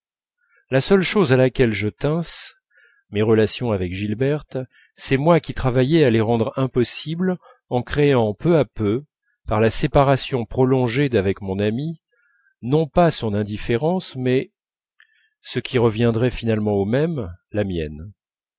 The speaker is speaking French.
la seule chose à laquelle je tinsse mes relations avec gilberte c'est moi qui travaillais à les rendre impossibles en créant peu à peu par la séparation prolongée d'avec mon amie non pas son indifférence mais ce qui reviendrait finalement au même la mienne